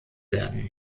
werden